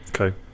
Okay